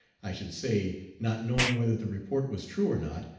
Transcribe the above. i should say, not knowing whether the report was true or not,